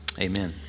Amen